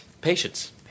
Patience